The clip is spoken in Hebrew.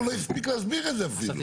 הוא לא הספיק להסביר את זה אפילו.